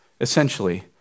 essentially